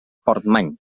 portmany